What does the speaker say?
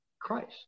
Christ